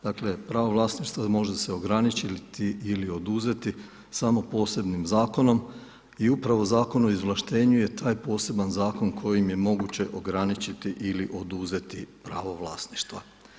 Dakle, pravo vlasništva se može ograničiti ili oduzeti samo posebnim zakonom i upravo Zakon o izvlaštenju je taj poseban zakon kojim je moguće ograničiti ili oduzeti pravo vlasništva.